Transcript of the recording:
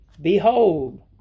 behold